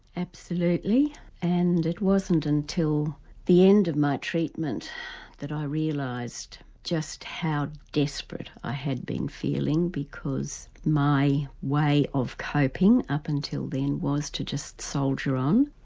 absolutely and it wasn't until the end of my treatment that i realised just how desperate i had been feeling because my way of coping up until then was to just soldier on.